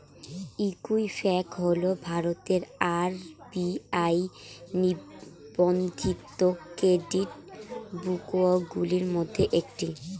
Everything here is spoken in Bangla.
ঈকুইফ্যাক্স হল ভারতের আর.বি.আই নিবন্ধিত ক্রেডিট ব্যুরোগুলির মধ্যে একটি